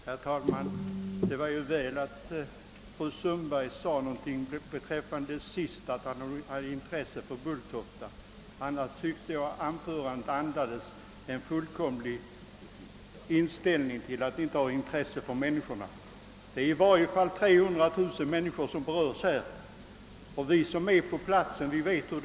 Herr talman! Det var ju bra att fru Sundberg till sist sade någonting om att det finns intresse av att få bort Bulltofta. Annars tycker jag att anförandet andades en fullkomlig brist på intresse för människorna. Det är i alla fall 300 000 människor som berörs, och vi som bor där känner till bekymren.